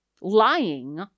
lying